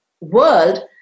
world